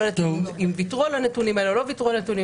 אני לא יודעת אם ויתרו על הנתונים האלה או לא ויתרו על הנתונים,